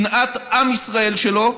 שנאת עם ישראל שלו,